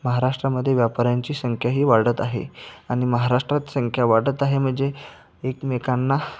महाराष्ट्रामध्ये व्यापाऱ्यांची संख्या ही वाढत आहे आणि महाराष्ट्रात संख्या वाढत आहे म्हणजे एकमेकांना